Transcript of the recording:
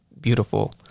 beautiful